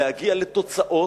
להגיע לתוצאות,